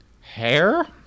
Hair